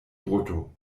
brutto